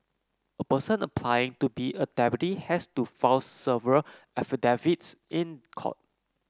a person applying to be a deputy has to file several affidavits in court